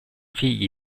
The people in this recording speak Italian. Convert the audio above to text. figli